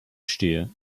stehe